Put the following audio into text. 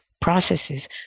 processes